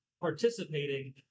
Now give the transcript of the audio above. participating